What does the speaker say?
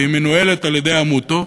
והיא מנוהלת על-ידי עמותות,